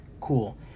cool